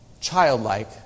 Childlike